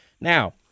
now